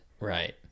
right